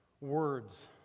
words